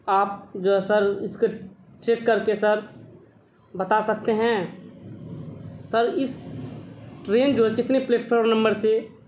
آپ جو ہے سر اس کے چیک کر کے سر بتا سکتے ہیں سر اس ٹرین جو ہے کتنے پلیٹفارم نمبر سے